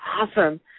awesome